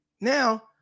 Now